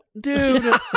Dude